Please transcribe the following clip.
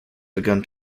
begun